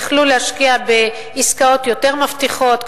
יכלו להשקיע בעסקאות יותר מבטיחות,